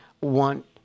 want